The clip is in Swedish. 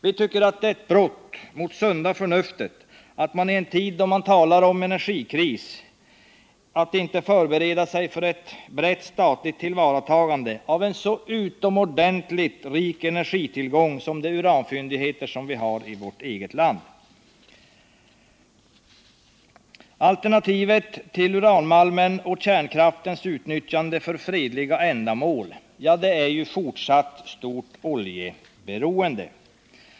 Vi tycker att det är ett brott mot det sunda förnuftet att man i en tid, då man talar om energikris, inte förbereder sig för ett brett, statligt tillvaratagande av en så utomordentligt rik energitillgång som de uranfyndigheter vi har i vårt eget land. Alternativet till uranmalmens och kärnkraftens utnyttjande för fredliga ändamål är ett fortsatt stort oljeberoende.